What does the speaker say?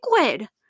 liquid